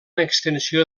extensió